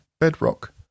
bedrock